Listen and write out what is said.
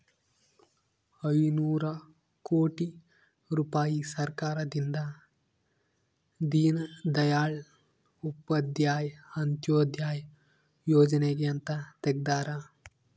ಐನೂರ ಕೋಟಿ ರುಪಾಯಿ ಸರ್ಕಾರದಿಂದ ದೀನ್ ದಯಾಳ್ ಉಪಾಧ್ಯಾಯ ಅಂತ್ಯೋದಯ ಯೋಜನೆಗೆ ಅಂತ ತೆಗ್ದಾರ